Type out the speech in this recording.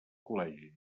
col·legi